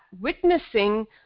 witnessing